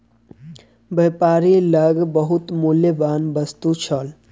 व्यापारी लग बहुत मूल्यवान वस्तु छल